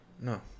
No